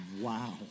Wow